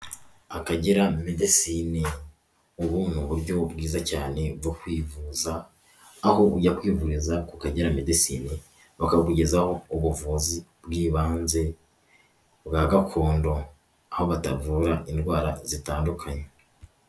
Akagera medesine ubu ni uburyo bwiza cyane bwo kwivuza, aho ujya kwivuriza ku kagera medesine bakakugezaho ubuvuzi bw'ibanze bwa gakondo aho batavura indwara zitandukanye.